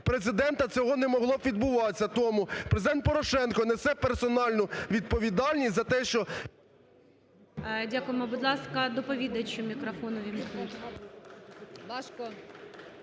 Президента цього не могло б відбуватися. Тому Президент Порошенко несе персональну відповідальність за те, що… ГОЛОВУЮЧИЙ. Дякуємо. Будь ласка, доповідачу мікрофон увімкніть.